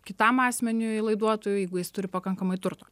kitam asmeniui laiduotoju jeigu jis turi pakankamai turto